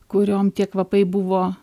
kuriom tie kvapai buvo